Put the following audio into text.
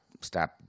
stop